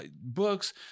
books